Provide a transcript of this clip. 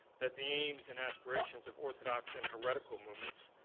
that the aims and aspirations of orthodox and heretical movements,